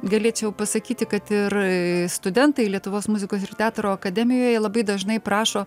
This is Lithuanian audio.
galėčiau pasakyti kad ir studentai lietuvos muzikos ir teatro akademijoje labai dažnai prašo